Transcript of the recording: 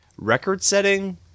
Record-setting